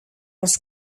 als